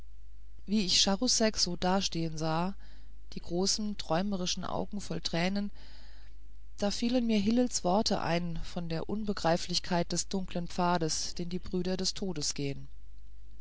wie ich charousek so dastehen sah die großen träumerischen augen voll tränen da fielen mir hillels worte ein von der unbegreiflichkeit des dunklen pfades den die brüder des todes gehen